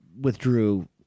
withdrew